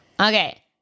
Okay